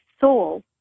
soul